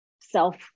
self